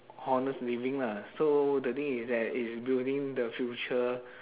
honest living lah so the thing is that is building the future